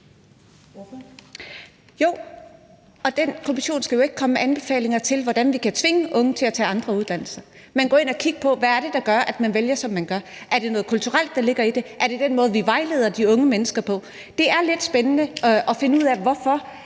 Jo, og den kommission skal jo ikke komme med anbefalinger til, hvordan vi kan tvinge unge til at tage andre uddannelser, men gå ind og kigge på, hvad det er, der gør, at man vælger, som man gør. Er det noget kulturelt, der ligger i det? Er det den måde, vi vejleder de unge mennesker på? Det er lidt spændende at finde ud af, hvorfor